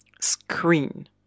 screen